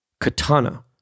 Katana